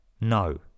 No